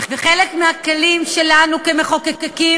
וחלק מהכלים שלנו כמחוקקים